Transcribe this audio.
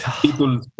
People